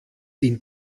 ihn